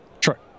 Sure